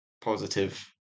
positive